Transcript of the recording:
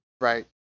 Right